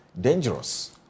dangerous